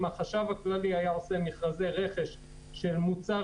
אם החשב הכללי היה עושה מכרזי רכש של מוצר